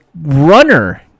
runner